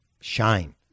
shine